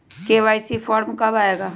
KYC form कब आए गा?